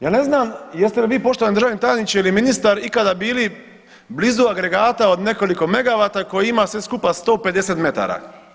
Ja ne znam jeste li vi poštovani državni tajniče ili ministar ikada bili agregata od nekoliko megavata koji ima sve skupa 150 metara.